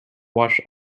watched